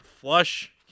flush